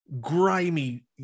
grimy